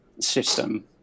system